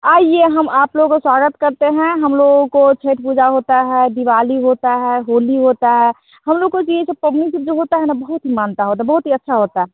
आइए हम आप लोगों का स्वागत करते हैं हम लोगों की छत्त पूजा होती है दीवाली होती है होली होती है हम लोग को तो ये सब पवनी के जो होते हैं ना बहुत ही मान्यता होती है बहुत ही अच्छी होती है